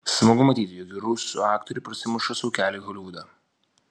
smagu matyti jog ir rusų aktoriai prasimuša sau kelią į holivudą